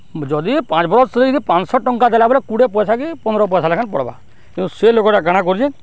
ଯଦି ପାଞ୍ଚ୍ ବରଷ୍ ରହି କରି ପାଁଶହ ଟଙ୍କା ଦେଲା ବେଲେ କୁଡ଼େ ପଏସା କି ପନ୍ଦ୍ର ପଏସା ଲେଖାନ୍ ପଡ଼୍ବା କିନ୍ତୁ ସେ ଲୋକ୍ଟା କଣା କରୁଛେ